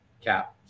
cap